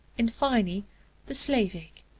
in fine the slavic,